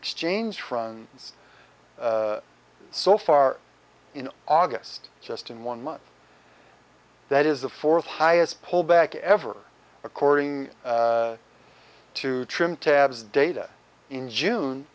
exchange fronts so far in august just in one month that is the fourth highest pullback ever according to trim tabs data in june